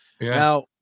Now